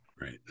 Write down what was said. right